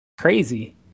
crazy